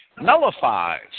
nullifies